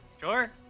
Sure